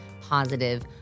positive